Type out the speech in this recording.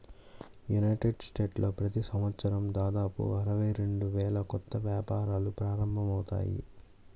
United స్టేట్స్లో ప్రతి సంవత్సరం దాదాపు అరవై రెండు వేల కొత్త వ్యాపారాలు ప్రారంభమవుతాయి